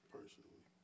Personally